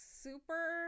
super